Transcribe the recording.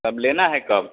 तब लेना है कब